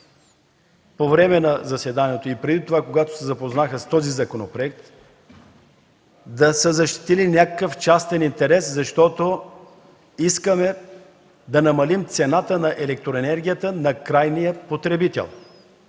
по време на заседанието и преди това, когато се запознаха с този законопроект, да е защитил някакъв частен интерес, защото искаме да намалим цената на електроенергията за крайния потребител.